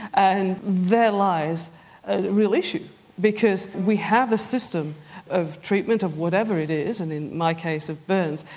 and there lies a real issue because we have a system of treatment of whatever it is, and in my case of burns,